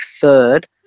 third